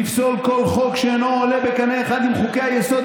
לפסול כל חוק שאינו עולה בקנה אחד עם חוקי-היסוד.